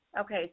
Okay